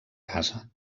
casa